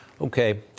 Okay